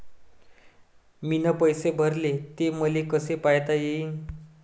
मीन पैसे भरले, ते मले कसे पायता येईन?